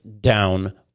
down